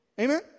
amen